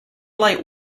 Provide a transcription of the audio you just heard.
light